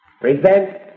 Present